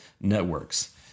networks